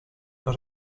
not